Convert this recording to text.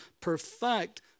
perfect